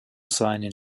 seinen